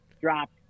dropped